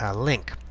ah link.